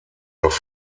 noch